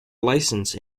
license